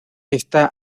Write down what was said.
está